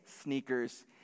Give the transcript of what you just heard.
sneakers